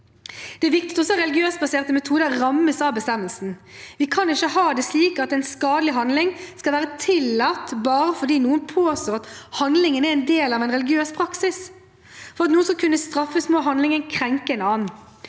Det er viktig at også religiøst baserte metoder rammes av bestemmelsen. Vi kan ikke ha det slik at en skadelig handling skal være tillatt bare fordi noen påstår at handlingen er en del av en religiøs praksis. For at noe skal kunne straffes, må handlingen krenke en annen.